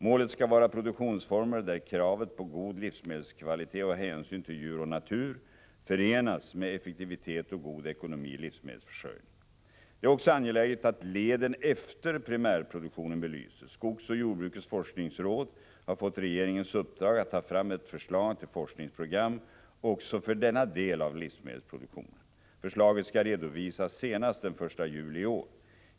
Målet skall vara produktionsformer där kravet på god livsmedelskvalitet och hänsyn till djur och natur förenas med effektivitet och god ekonomi i livsmedelsförsörjningen. Det är också angeläget att leden efter primärproduktionen belyses. Skogsoch jordbrukets forskningsråd har fått regeringens uppdrag att ta fram ett förslag till forskningsprogram också för denna del av livsmedelsproduktionen. Förslaget skall redovisas senast den 1 juli i år.